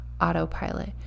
autopilot